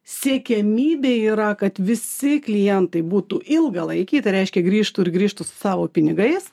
siekiamybė yra kad visi klientai būtų ilgalaikiai tai reiškia grįžtų ir grįžtų su savo pinigais